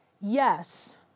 yes